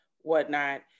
whatnot